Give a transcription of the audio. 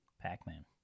Pac-Man